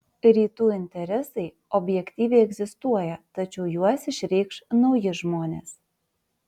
rytų interesai objektyviai egzistuoja tačiau juos išreikš nauji žmonės